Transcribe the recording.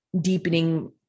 deepening